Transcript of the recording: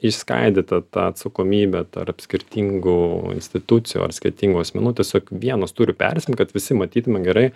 išskaidyta ta atsakomybė tarp skirtingų institucijų ar skirtingų asmenų tiesiog vienas turi persiimt kad visi matytume gerai